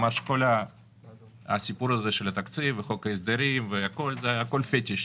הוא אמר שכל הסיפור הזה של התקציב וחוק ההסדרים והכול זה הכול פטיש,